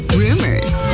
rumors